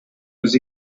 was